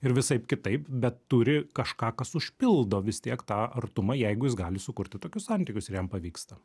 ir visaip kitaip bet turi kažką kas užpildo vis tiek tą artumą jeigu jis gali sukurti tokius santykius ir jam pavyksta